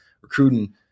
recruiting